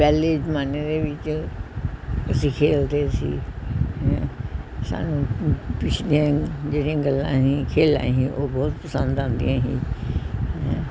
ਪਹਿਲੇ ਜਮਾਨੇ ਦੇ ਵਿੱਚ ਅਸੀਂ ਖੇਡਦੇ ਸੀ ਸਾਨੂੰ ਪਿਛਲੀਆਂ ਜਿਹੜੀਆਂ ਗੱਲਾਂ ਹੈ ਸੀ ਖੇਡਾਂ ਸੀ ਉਹ ਬਹੁਤ ਪਸੰਦ ਆਉਂਦੀਆਂ ਸੀ ਹ